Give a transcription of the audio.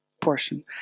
portion